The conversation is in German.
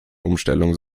umstellung